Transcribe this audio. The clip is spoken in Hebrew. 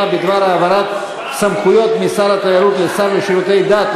בדבר העברת סמכויות משר התיירות לשר לשירותי דת,